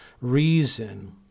reason